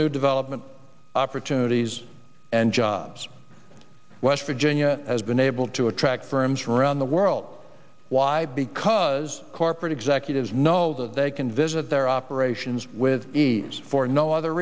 new development opportunities and jobs west virginia has been able to attract firms from around the world why because corporate executives know that they can visit their operations with for no other